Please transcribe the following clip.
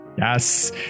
Yes